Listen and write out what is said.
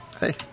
Hey